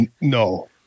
No